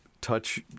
touch